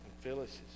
Phyllis's